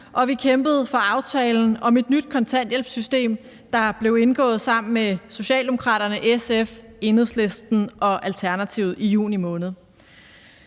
og vi kæmpede for aftalen om et nyt kontanthjælpssystem, der blev indgået sammen med Socialdemokraterne, SF, Enhedslisten og Alternativet i juni måned.